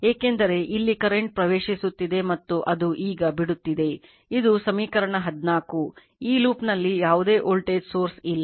ಏಕೆಂದರೆ ಇಲ್ಲಿ ಕರೆಂಟ್ ಪ್ರವೇಶಿಸುತ್ತಿದೆ ಮತ್ತು ಅದು ಈಗ ಬಿಡುತ್ತಿದೆ ಇದು ಸಮೀಕರಣ 14 ಈ ಲೂಪ್ ನಲ್ಲಿ ಯಾವುದೇ ವೋಲ್ಟೇಜ್ source ಇಲ್ಲ